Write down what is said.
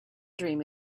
dream